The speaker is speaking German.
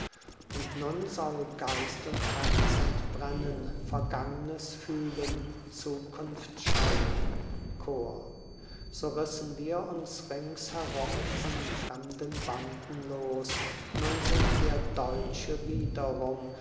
und nun soll geist und herz entbrennen vergangnes fühlen zukunft schaun chor so rissen wir uns ringsherum von fremden banden los nun sind wir deutsche wiederum